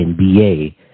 NBA